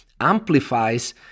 amplifies